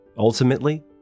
Ultimately